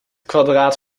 kwadraat